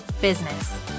business